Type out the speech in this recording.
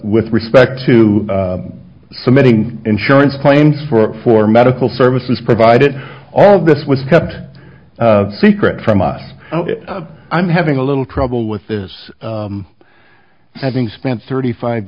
with respect to submitting insurance claims for medical services provided all of this was kept secret from us i'm having a little trouble with this having spent thirty five